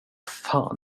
fan